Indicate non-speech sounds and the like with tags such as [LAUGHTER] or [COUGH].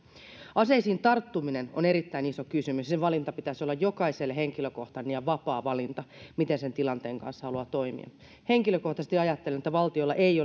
aseisiin tarttuminen on erittäin iso kysymys ja sen valinnan pitäisi olla jokaiselle henkilökohtainen ja vapaa valinta miten sen tilanteen kanssa haluaa toimia henkilökohtaisesti ajattelen että valtiolla ei [UNINTELLIGIBLE]